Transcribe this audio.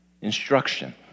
instruction